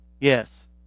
Yes